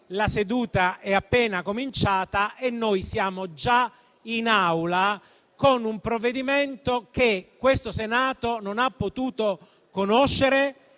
la seduta è appena cominciata e noi siamo già in Aula con un provvedimento che questo Senato non ha potuto conoscere,